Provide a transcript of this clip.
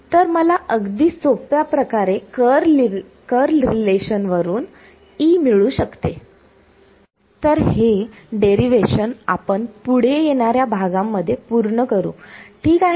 तर मला अगदी सोप्या प्रकारे कर्ल रिलेशन वरून E मिळू शकते तर हे डेरिव्हेशन आपण पुढे येणाऱ्या भागामध्ये पूर्ण करू ठीक आहे